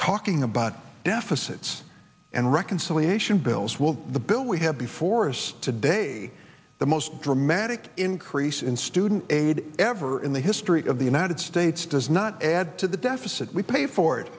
talking about deficits and reconciliation bills the bill we have before us today the most dramatic increase in student aid ever in the history of the united states does not add to the deficit we pay for it